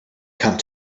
come